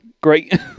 great